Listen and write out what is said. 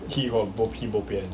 he bo he bo pian